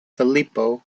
filippo